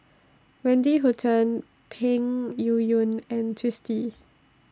Wendy Hutton Peng Yuyun and Twisstii